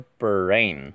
brain